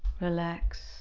relax